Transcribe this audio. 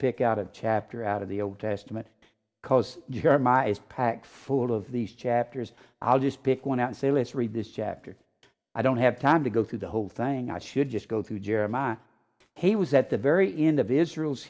pick out a chapter out of the old testament cause jeremiah's packed full of these chapters i'll just pick one out and say let's read this chapter i don't have time to go through the whole thing i should just go through jeremiah he was at the very end of israel's